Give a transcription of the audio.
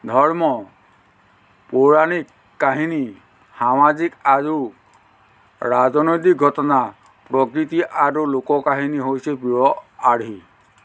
ধৰ্ম পৌৰাণিক কাহিনী সামাজিক আৰু ৰাজনৈতিক ঘটনা প্ৰকৃতি আৰু লোক কাহিনী হৈছে প্ৰিয় আৰ্হি